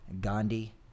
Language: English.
Gandhi